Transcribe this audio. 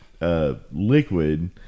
liquid